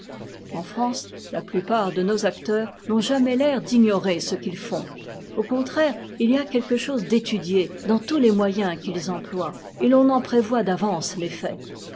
en france la plupart de nos acteurs n'ont jamais l'air d'ignorer ce qu'ils font au contraire il y a quelque chose d'étudié dans tous les moyens qu'ils emploient et t'en en prévoit d'avance